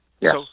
Yes